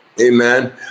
Amen